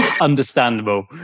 Understandable